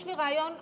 יש לי רעיון אמיתי: